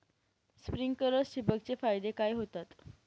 Sprinklers ठिबक चे फायदे काय होतात?